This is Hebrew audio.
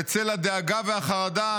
בצל הדאגה והחרדה,